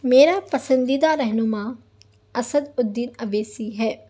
میرا پسندیدہ رہنما اسدالدین اویسی ہے